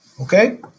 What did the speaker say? Okay